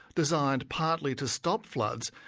designed partly to stop floods,